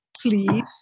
please